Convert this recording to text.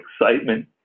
excitement